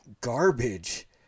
garbage